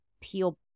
peel